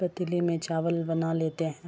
پتیلی میں چاول بنا لیتے ہیں